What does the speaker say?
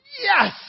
yes